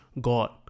God